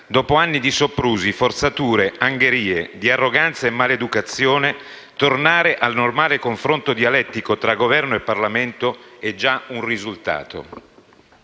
dopo anni di soprusi, forzature, angherie, di arroganza e maleducazione, tornare al normale confronto dialettico tra Governo e Parlamento è già un risultato.